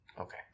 Okay